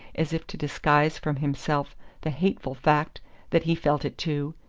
as if to disguise from himself the hateful fact that he felt it too.